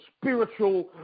spiritual